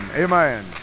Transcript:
amen